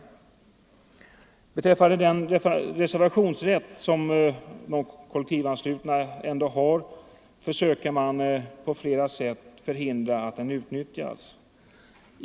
Den reservationsrätt som kollektivanslutna ändå har försöker man på flera sätt förhindra att den utnyttjas.